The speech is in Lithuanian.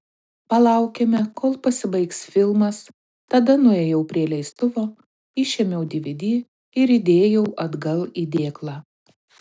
palaukėme kol pasibaigs filmas tada nuėjau prie leistuvo išėmiau dvd ir įdėjau atgal į dėklą